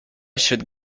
should